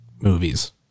movies